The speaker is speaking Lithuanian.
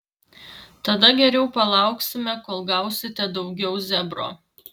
tada geriau palauksime kol gausite daugiau zebro